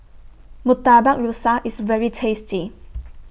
Murtabak Rusa IS very tasty